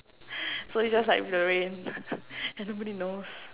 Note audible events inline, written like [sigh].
so it's just like the rain [laughs] and nobody knows